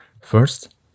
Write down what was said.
First